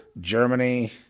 Germany